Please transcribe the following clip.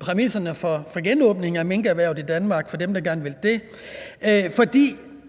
præmisserne for genåbning af minkerhvervet i Danmark for dem, der gerne vil det. Nu